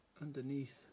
underneath